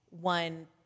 one